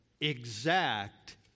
exact